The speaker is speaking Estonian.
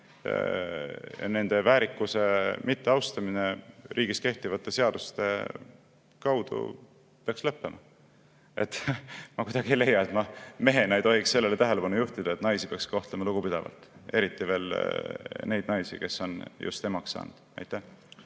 nende väärikuse mitteaustamine riigis kehtivate seaduste kaudu peaks lõppema. Ma küll ei leia, et ma mehena ei tohiks tähelepanu juhtida sellele, et naisi peaks kohtlema lugupidavalt, eriti veel neid naisi, kes on just emaks saanud. Andre